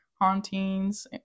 hauntings